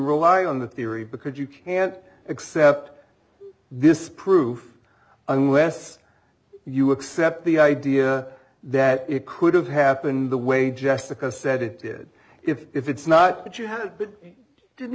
rely on the theory because you can't accept this proof unless you accept the idea that it could have happened the way jessica said it did if it's not what you have did